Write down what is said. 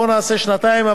בואו נעשה שנתיים,